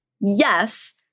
Yes